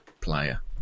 player